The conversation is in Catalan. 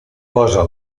posa